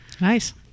Nice